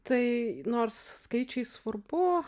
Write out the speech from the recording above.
tai nors skaičiai svarbu